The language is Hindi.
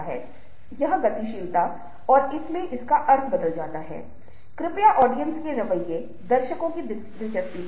ध्वनि और संगीत है जो हमारी इंद्रियों का श्रवण आयाम है एक चैनल है जिसके माध्यम से संचार होता है